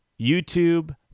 YouTube